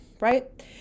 right